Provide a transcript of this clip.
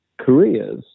careers